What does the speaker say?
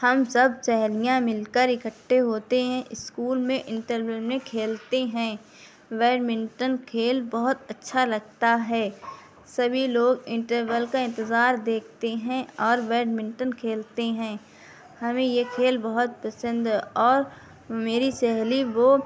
ہم سب سہیلیاں مل کر اکٹھے ہوتے ہیں اسکول میں انٹرول میں کھیلتے ہیں بیڈمنٹن کھیل بہت اچھا لگتا ہے سبھی لوگ انٹرول کا انتظار دیکھتے ہیں اور بیڈمنٹن کھیلتے ہیں ہمیں یہ کھیل بہت پسند ہے اور میری سہیلی وہ